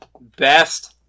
Best